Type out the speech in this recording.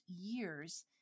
years